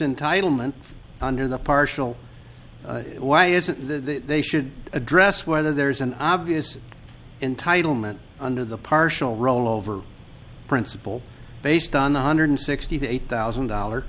in title meant under the partial why is it they should address whether there's an obvious entitlement under the partial rollover principle based on the hundred sixty eight thousand dollar